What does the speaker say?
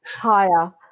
higher